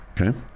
Okay